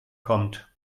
kommt